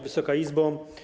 Wysoka Izbo!